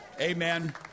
Amen